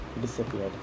disappeared